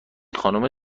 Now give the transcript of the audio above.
خانومه